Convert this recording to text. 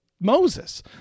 Moses